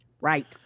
Right